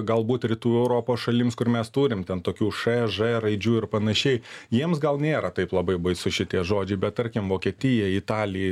galbūt rytų europos šalims kur mes turim ten tokių š ž raidžių ir panašiai jiems gal nėra taip labai baisu šitie žodžiai bet tarkim vokietija italija